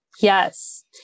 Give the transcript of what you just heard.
yes